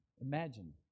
Imagine